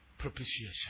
propitiation